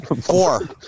Four